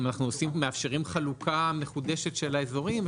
אם אנחנו מאפשרים חלוקה מחודשת של האזורים,